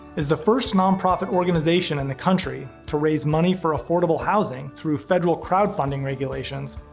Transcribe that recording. as the first non-profit organization in the country to raise money for affordable housing through federal crowdfunding regulations,